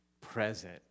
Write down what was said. present